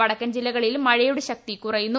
വടക്കൻ ജീല്ലക്കളിൽ മഴയുടെ ശക്തി കുറയുന്നു